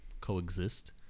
coexist